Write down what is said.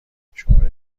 شماره